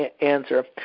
answer